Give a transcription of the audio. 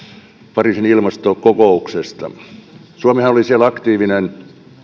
pariisin ilmastokokouksesta suomihan oli siellä aktiivinen